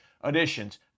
additions